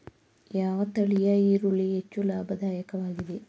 ಯಾವ ತಳಿಯ ಈರುಳ್ಳಿ ಹೆಚ್ಚು ಲಾಭದಾಯಕವಾಗಿದೆ?